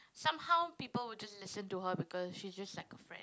somehow people will just listen to her because she's just like a friend